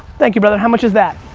thank you brother, how much is that?